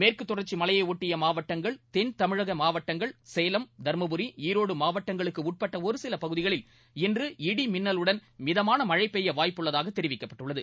மேற்கு தொடர்ச்சி மலையையொட்டிய மாவட்டங்கள் தென் தமிழக மாவட்டங்கள் சேலம் தர்மபுரி ஈரோடு மாவட்டங்களுக்கு உட்பட்ட ஒருசில பகுதிகளில் இன்று இடிமின்னலுடன் மிதமான மழை பெய்ய வாய்ப்புள்ளதாக தெரிவிக்கப்பட்டுள்ளது